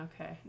okay